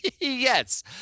Yes